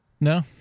No